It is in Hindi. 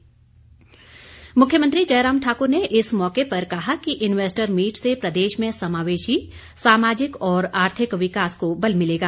मुख्यमंत्री मुख्यमंत्री जयराम ठाकुर ने इस मौके पर कहा कि इन्वेस्टर मीट से प्रदेश में समावेशी सामाजिक और आर्थिक विकास को बल मिलेगा